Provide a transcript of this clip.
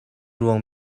ruang